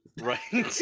right